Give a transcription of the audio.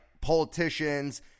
politicians